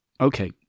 Okay